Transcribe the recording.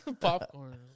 popcorn